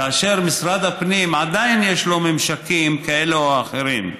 כאשר למשרד הפנים עדיין יש ממשקים כאלה או אחרים,